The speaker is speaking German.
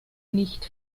nicht